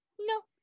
No